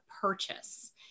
purchase